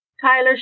Tyler